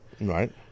Right